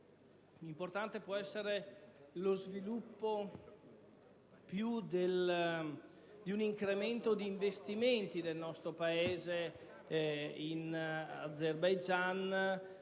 Importante può essere lo sviluppo, un incremento di investimenti del nostro Paese in Azerbaigian,